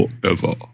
forever